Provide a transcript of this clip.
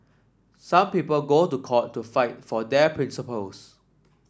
some people go to court to fight for their principles